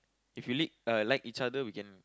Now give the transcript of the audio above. if you l~ ah like each other we can